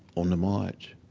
on the march.